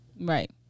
Right